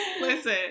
Listen